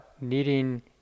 needing